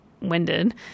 winded